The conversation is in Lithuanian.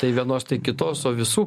tai vienos tai kitos o visų